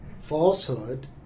falsehood